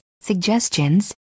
suggestions